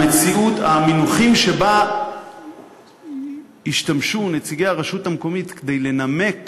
המונחים שבהם השתמשו נציגי הרשות המקומית כדי לנמק